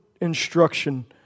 instruction